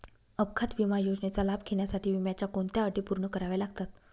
अपघात विमा योजनेचा लाभ घेण्यासाठी विम्याच्या कोणत्या अटी पूर्ण कराव्या लागतात?